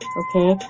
okay